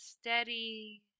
steady